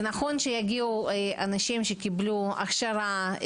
נכון שיגיעו אנשים שקיבלו הכשרה,